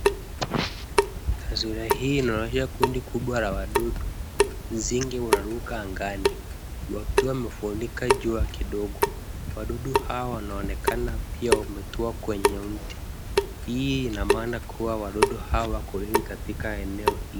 Taswira hii inaonyesha kundi kubwa la wadudu. Nzinge waruka angani, wakiwa wamefunika jua kidogo. Wadudu hawa wanaonekana pia wametua kwenye mti. Hii ina maana kuwa wadudu hawa koloni katika eneo hili.